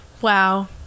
Wow